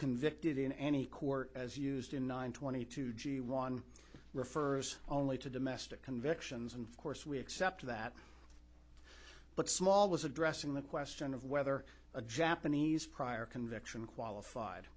convicted in any court as used in nine twenty two g one refers only to domestic convictions and of course we accept that but small is addressing the question of whether a japanese prior conviction qualified